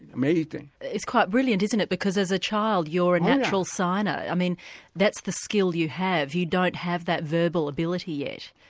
amazing. it's quite brilliant isn't it? because as a child you're a natural signer, that's the skill you have you don't have that verbal ability yet.